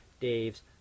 Dave's